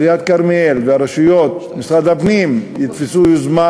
עיריית כרמיאל והרשויות, משרד הפנים, יתפסו יוזמה.